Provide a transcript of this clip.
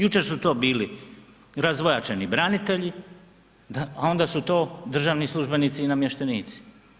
Jučer su to bili razvojačeni branitelji, a onda su to državni službenici i namještenici.